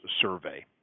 Survey